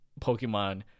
Pokemon